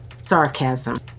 sarcasm